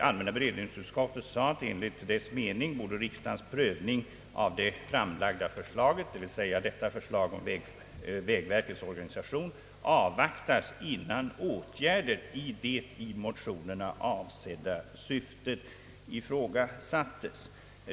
Allmänna beredningsutskottet sade att enligt dess mening borde riksdagens prövning av det framlagda förslaget — d. v. s. detta förslag om vägverkets organisation — avvaktas innan åtgärder i det i motionerna avsedda syftet ifrågasattes.